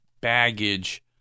baggage